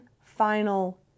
final